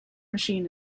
machine